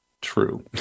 true